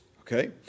Okay